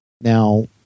Now